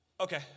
Okay